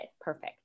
perfect